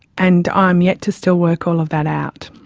and i am yet to still work all of that out.